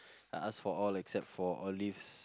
I ask for all except for olives